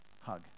hug